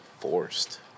Forced